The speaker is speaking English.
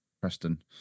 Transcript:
Preston